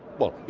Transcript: well you